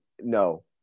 No